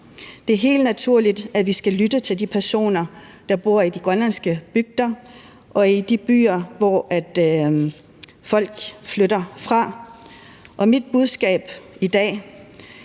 Det er helt naturligt, at vi skal lytte til de personer, der bor i de grønlandske bygder og i de byer, som folk flytter fra. Mit budskab i dag